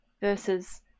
versus